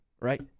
Right